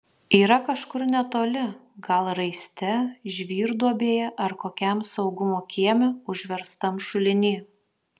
yra kažkur netoli gal raiste žvyrduobėje ar kokiam saugumo kieme užverstam šuliny